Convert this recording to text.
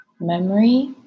memory